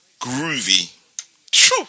groovy